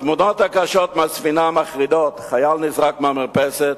התמונות הקשות מהספינה מחרידות: חייל נזרק מהמרפסת,